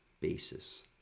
basis